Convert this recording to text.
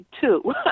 two